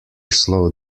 slow